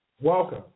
welcome